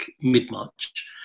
mid-March